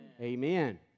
Amen